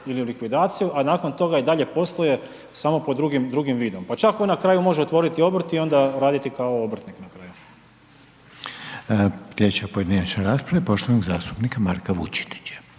ili u likvidaciju, a nakon toga i dalje posluje samo pod drugim vidom, pa čak on na kraju može otvoriti obrt i onda raditi kao obrtnik na kraju.